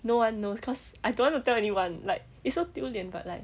no one knows cause I don't want to tell anyone like it's so 丢脸 but like